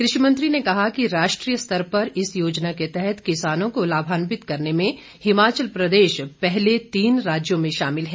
कृषि मंत्री ने कहा कि राष्ट्रीय स्तर पर इस योजना के तहत किसानों को लाभान्वित करने में हिमाचल पहले तीन राज्यों में शामिल है